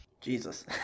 Jesus